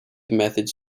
methods